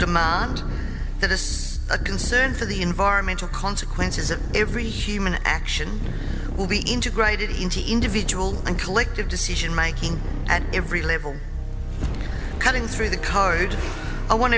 demand that is a concern for the environmental consequences of every human action will be integrated into individual and collective decision making at every level cutting through the card i want